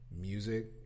music